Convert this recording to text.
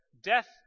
death